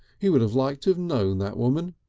he would have liked to have known that woman.